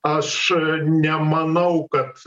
aš nemanau kad